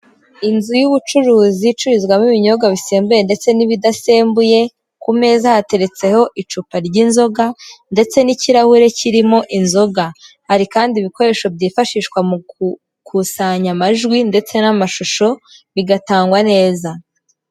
Inzu y'ubucuruzi icururizwamo ibinyobwa bisembuye ndetse n'ibidasembuye, ku meza hateretseho icupa ry'inzoga ndetse n'ikirahure kirimo inzoga, hari kandi ibikoresho byifashishwa mu gukusanya amajwi ndetse n'amashusho bigatangwa neza.